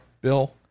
Bill